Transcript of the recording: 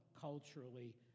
culturally